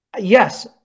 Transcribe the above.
yes